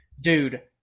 dude